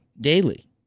daily